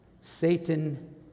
Satan